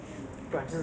我知道